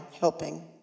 helping